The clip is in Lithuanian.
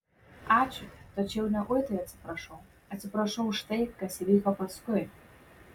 ačiū tačiau ne uitai atsiprašau atsiprašau už tai kas įvyko paskui